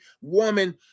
woman